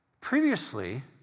Previously